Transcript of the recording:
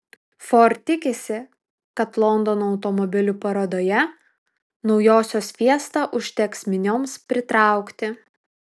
ford tikisi kad londono automobilių parodoje naujosios fiesta užteks minioms pritraukti